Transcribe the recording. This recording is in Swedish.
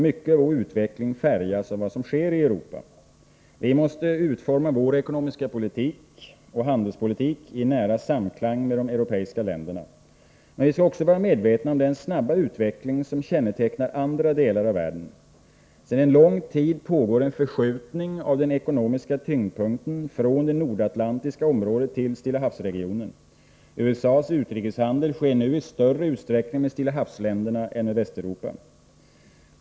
Mycket av vår utveckling färgas av vad som sker i Europa. Vi måste utforma vår ekonomiska politik och handelspolitik i nära samklang med de europeiska länderna. Men vi skall också vara medvetna om den snabba utveckling som kännetecknar andra delar av världen. Sedan en lång tid pågår en förskjutning av den ekonomiska tyngdpunkten från det nordatlantiska området till Stilla havs-regionen. USA:s utrikeshandel sker nu i större utsträckning med Stilla havs-länderna än med Västeuropa.